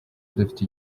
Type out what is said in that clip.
dufite